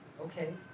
Okay